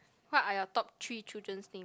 what are your top three children's thing